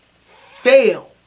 fail